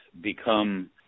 become